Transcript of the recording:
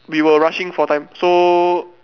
we were rushing for time so